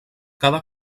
cada